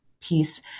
piece